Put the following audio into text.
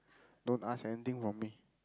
don't ask anything from me